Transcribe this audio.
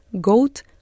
goat